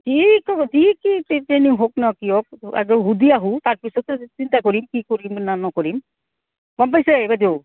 কি ক'ব কি কি ট্ৰেইনিং হওক ন কি হওক আৰু সুধি আহোঁ তাৰপিছতে চিন্তা কৰিম কি কৰিম নে নকৰিম গম পাইছে বাইদেউ